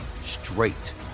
straight